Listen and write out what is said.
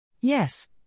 Yes